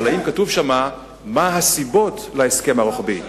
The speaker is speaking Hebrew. האם כתוב שם מה הסיבות להסכם הרוחבי?